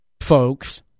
folks